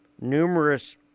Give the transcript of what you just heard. numerous